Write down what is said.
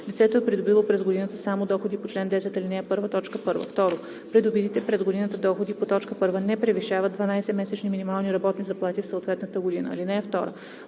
лицето е придобило през годината само доходи по чл. 10, ал. 1, т. 1; 2. придобитите през годината доходи по т. 1 не превишават 12-месечни минимални работни заплати за съответната година. (2)